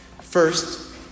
First